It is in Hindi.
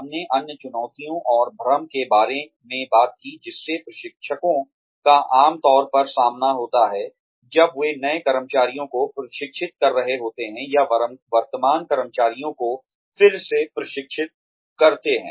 हमने अन्य चुनौतियों और भ्रम के बारे में बात की जिससे प्रशिक्षकों का आम तौर पर सामना होता है जब वे नए कर्मचारियों को प्रशिक्षित कर रहे होते हैं या वर्तमान कर्मचारियों को फिर से प्रशिक्षित करते हैं